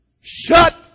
shut